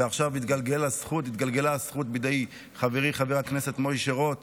ועכשיו התגלגלה הזכות בידי חברי חבר הכנסת משה רוט